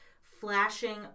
flashing